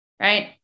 right